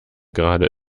gerade